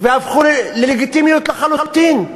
והפכו ללגיטימיות לחלוטין.